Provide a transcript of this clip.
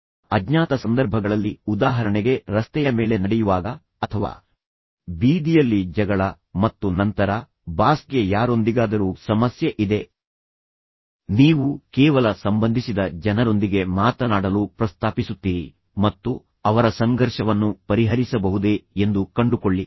ತದನಂತರ ಅಜ್ಞಾತ ಸಂದರ್ಭಗಳಲ್ಲಿ ಸಹ ಉದಾಹರಣೆಗೆ ನೀವು ರಸ್ತೆಯ ಮೇಲೆ ನಡೆಯುವಾಗ ಅಥವಾ ಅಲ್ಲಿ ನಡೆಯುವಾಗ ನೆರೆಹೊರೆಯಲ್ಲಿ ಜಗಳ ಬೀದಿಯಲ್ಲಿ ಜಗಳ ಮತ್ತು ನಂತರ ಬಾಸ್ಗೆ ಯಾರೊಂದಿಗಾದರೂ ಸಮಸ್ಯೆ ಇದೆ ನೀವು ಕೇವಲ ಸಂಬಂಧಿಸಿದ ಜನರೊಂದಿಗೆ ಮಾತನಾಡಲು ಪ್ರಸ್ತಾಪಿಸುತ್ತೀರಿ ಮತ್ತು ನಂತರ ಕೇಳಿ ಮತ್ತು ನಂತರ ನೀವು ಅವರ ಪರವಾಗಿ ಸಂಘರ್ಷವನ್ನು ಪರಿಹರಿಸಬಹುದೇ ಎಂದು ಕಂಡುಕೊಳ್ಳಿ